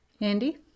Andy